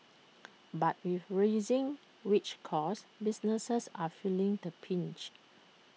but with rising wage costs businesses are feeling the pinch